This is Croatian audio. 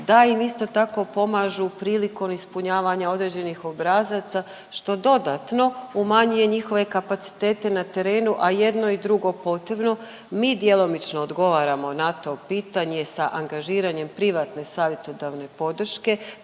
da im isto tako, pomažu prilikom ispunjavanja određenih obrazaca, što dodatno umanjuje njihove kapacitete na terenu, a jedno i drugo potrebno. Mi djelomično odgovaramo na to pitanje sa angažiranjem privatne savjetodavne podrške,